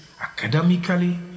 Academically